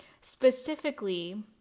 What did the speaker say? specifically